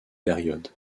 période